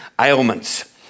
ailments